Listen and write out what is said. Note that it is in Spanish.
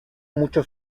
mucho